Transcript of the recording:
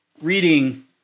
reading